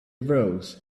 rose